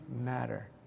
matter